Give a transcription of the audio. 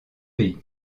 pays